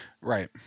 right